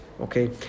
Okay